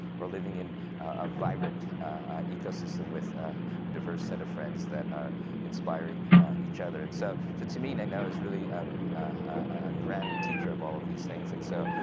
or living in a vibrant ecosystem with a diverse set of friends that are inspiring each other, and so to to me, nainoa is really um a grand teacher of all of these things. and so,